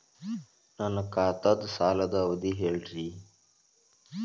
ನನ್ನ ಖಾತಾದ್ದ ಸಾಲದ್ ಅವಧಿ ಹೇಳ್ರಿ